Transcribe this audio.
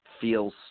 feels